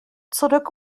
zurück